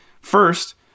first